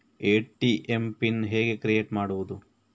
ATM PIN ಹೇಗೆ create ಮಾಡುವುದು?